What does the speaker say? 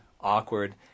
awkward